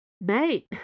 Mate